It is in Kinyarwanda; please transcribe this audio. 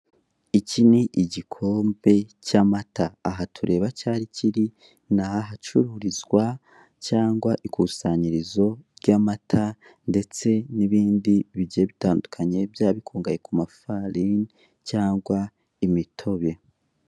Iki ni igikombe cy'amata, aha tureba cyari kiri, ni ahacururizwa cyangwa ikusanyirizo ry'amata ndetse n'ibindi bigiye bitandukanye byaba bikungahaye ku mafarini cyangwa imitobe.